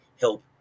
help